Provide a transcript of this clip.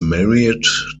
married